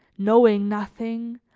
knowing nothing,